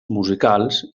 musicals